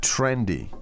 Trendy